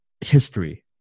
history